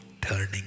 turning